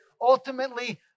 ultimately